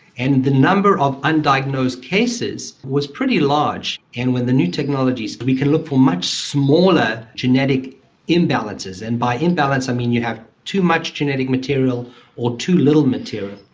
and the number of undiagnosed cases was pretty large, and with the new technologies we can look for much smaller genetic imbalances, and by imbalance i mean you have too much genetic material or too little material.